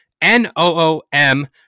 N-O-O-M